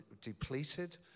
depleted